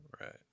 right